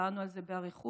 דיברנו על זה באריכות,